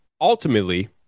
ultimately